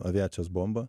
aviacijos bomba